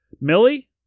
Millie